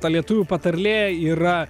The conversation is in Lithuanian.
ta lietuvių patarlė yra